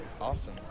Awesome